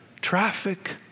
traffic